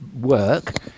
work